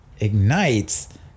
ignites